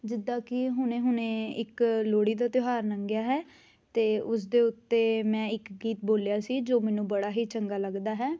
ਜਿੱਦਾਂ ਕਿ ਹੁਣੇ ਹੁਣੇ ਇੱਕ ਲੋਹੜੀ ਦਾ ਤਿਉਹਾਰ ਲੰਘਿਆ ਹੈ ਅਤੇ ਉਸ ਦੇ ਉੱਤੇ ਮੈਂ ਇੱਕ ਗੀਤ ਬੋਲਿਆ ਸੀ ਜੋ ਮੈਨੂੰ ਬੜਾ ਹੀ ਚੰਗਾ ਲੱਗਦਾ ਹੈ